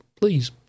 Please